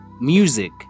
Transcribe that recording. music